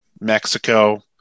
Mexico